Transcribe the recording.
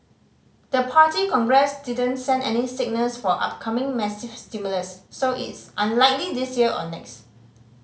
the Party Congress didn't send any signals for upcoming massive stimulus so it's unlikely this year or next